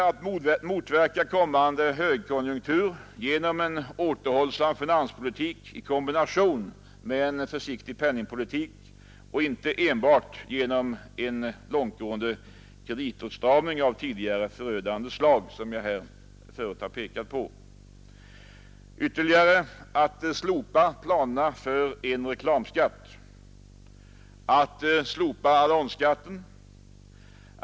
Att motverka kommande högkonjunktur genom en återhållsam finanspolitik i kombination med en försiktig penningpolitik och inte enbart genom en långtgående kreditåtstramning av samma förödande slag som tidigare; den saken har jag förut pekat på. Att slopa planerna på en reklamskatt. Att slopa annonsskatten.